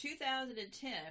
2010